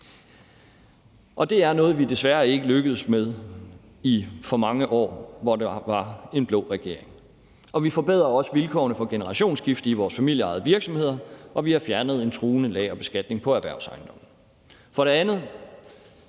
Det er noget, vi desværre ikke lykkedes med i for mange år, hvor der var en blå regering. Vi forbedrer også vilkårene for generationsskifte i vores familieejede virksomheder, og vi har fjernet en truende lagerbeskatning på erhvervsejendomme. For det andet